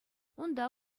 унта